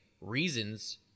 reasons